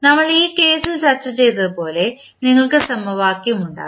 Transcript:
നമ്മൾ ഈ കേസിൽ ചർച്ച ചെയ്തതുപോലെ നിങ്ങൾക്ക് സമവാക്യം ഉണ്ടാകും